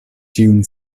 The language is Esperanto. ĉiujn